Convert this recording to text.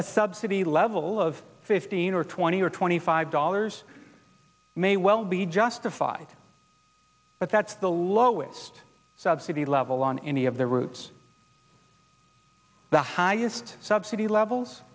a subsidy level of fifteen or twenty or twenty five dollars may well be justified but that's the lowest subsidy level on any of the routes the highest subsidy levels